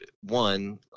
one